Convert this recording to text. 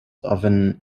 often